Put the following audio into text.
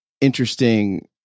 interesting